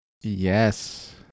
Yes